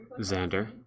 Xander